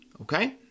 okay